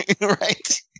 Right